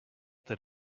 that